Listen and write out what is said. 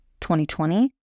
2020